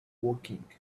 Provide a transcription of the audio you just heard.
woking